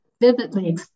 vividly